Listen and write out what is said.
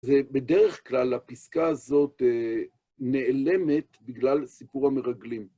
ובדרך כלל הפסקה הזאת נעלמת בגלל סיפור המרגלים.